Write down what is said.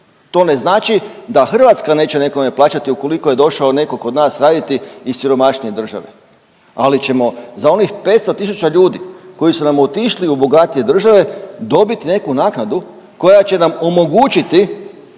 To ne znači da Hrvatska neće nekome plaćati ukoliko je došao netko kod nas raditi iz siromašnije države. Ali ćemo za onih 500 tisuća ljudi koji su nam otišli u bogatije države dobiti neku naknadu koja će nam omogućiti